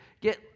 get